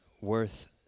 worth